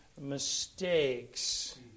mistakes